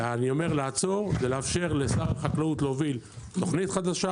וכשאני אומר לעצור זה לאפשר לשר החקלאות להוביל תכנית חדשה